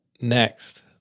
Next